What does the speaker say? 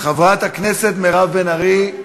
חברת הכנסת מירב בן ארי,